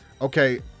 Okay